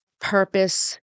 purpose